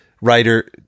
writer